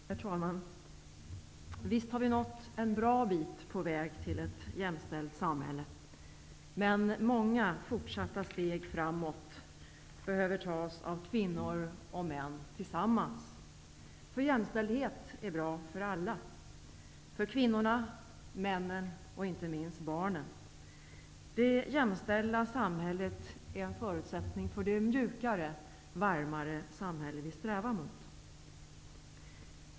Herr talman! Visst har vi nått en bra bit på vägen mot ett jämställt samhälle, men många fortsatta steg framåt behöver tas av kvinnor och män tillsammans. Jämställdhet är bra för alla: kvinnorna, männen och inte minst barnen. Det jämställda samhället är en förutsättning för det mjukare, varmare samhälle vi strävar mot.